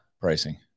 pricing